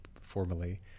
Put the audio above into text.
formally